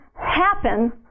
happen